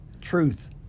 #truth